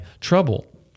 trouble